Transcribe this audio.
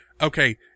okay